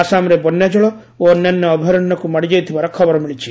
ଆସାମରେ ବନ୍ୟାଜଳ ଅନ୍ୟାନ୍ୟ ଅଭୟାରଣ୍ୟକୁ ମାଡ଼ିଯାଇଥିବାର ଖବର ମିଳିଛି